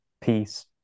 peace